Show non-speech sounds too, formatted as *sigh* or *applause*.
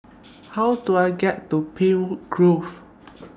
How Do I get to *unintelligible* Grove